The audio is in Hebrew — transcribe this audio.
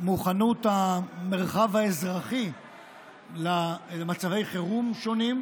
המרחב האזרחי למצבי חירום שונים.